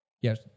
yes